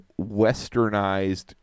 westernized